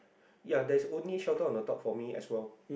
ya there's only shelter on the top for me as well